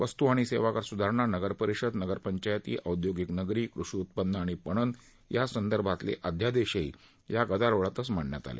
वस्तू आणि सेवा कर सुधारणा नगरपरिषद नगरपंचायती ओदयौगिक नगरी कृषी उत्पन्न आणि पणन यासंदर्भातले अध्यादेशही या गदारोळातचं मांडण्यात आले